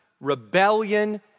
rebellion